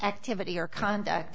activity or conduct